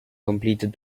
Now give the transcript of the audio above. completed